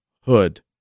hood